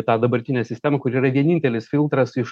tą dabartinę sistemą kuri yra vienintelis filtras iš